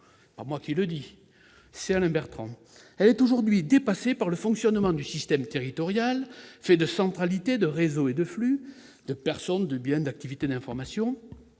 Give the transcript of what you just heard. territoire, ne fait plus sens. Elle est aujourd'hui dépassée par le fonctionnement du " système territorial ", fait de centralités, de réseaux et de flux de personnes, de biens, d'activités ou d'informations,